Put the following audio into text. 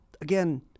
Again